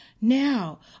Now